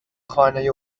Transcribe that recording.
خانه